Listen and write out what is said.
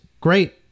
great